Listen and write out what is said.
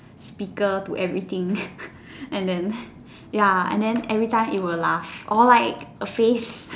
speaker to everything and then ya and then every time it will laugh or like a face